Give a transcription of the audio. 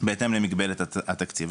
בהתאם למגבלת התקציב.